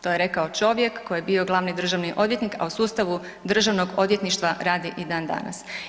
To je rekao čovjek koji je bio glavni državni odvjetnik, a u sustavu državnog odvjetništva radi i dan danas.